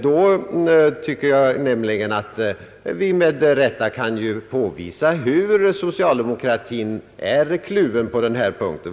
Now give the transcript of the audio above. Då tycker jag nämligen att vi med rätta kan påvisa hur socialdemokratin är kluven på denna punkt.